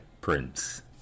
Prince